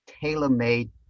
tailor-made